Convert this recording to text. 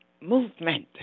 movement